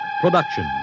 production